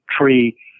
tree